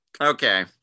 Okay